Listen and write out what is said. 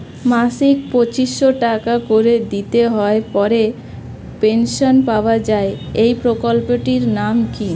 মাসিক পঁচিশ টাকা করে দিতে হয় পরে পেনশন পাওয়া যায় এই প্রকল্পে টির নাম কি?